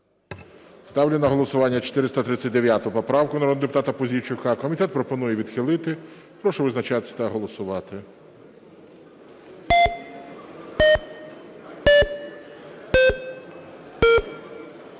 Ставлю на голосування 439 поправку народного депутата Пузійчука. Комітет пропонує відхилити. Прошу визначатись та голосувати.